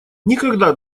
никогда